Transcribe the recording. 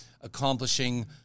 accomplishing